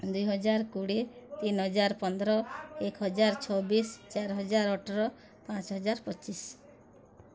ଦୁଇ ହଜାର କୋଡ଼ିଏ ତିନି ହଜାର ପନ୍ଦର ଏକ ହଜାର ଛବିଶ ଚାରି ହଜାର ଅଠର ପାଞ୍ଚ ହଜାର ପଚିଶ